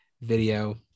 video